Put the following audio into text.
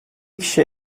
kişi